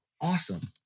awesome